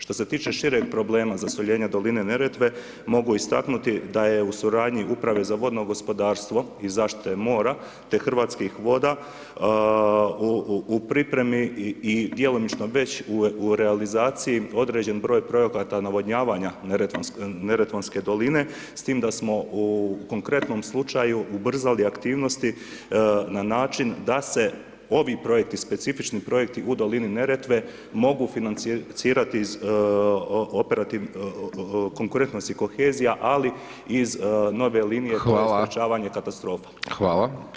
Što se tiče šireg problema zasoljenja doline Neretve, mogu istaknuti da je u suradnji Uprave za vodno gospodarstvo i zaštite mora, te hrvatskih voda, u pripremi i djelomično već u realizaciji određen broj projekata navodnjavanja Neretvanske doline s tim da smo u konkretnom slučaju ubrzali aktivnosti na način da se ovi projekti, specifični projekti u dolini Neretve mogu financirati iz konkurentnosti kohezija, ali i iz nove linije [[Upadica: Hvala]] radi sprečavanja katastrofa.